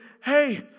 hey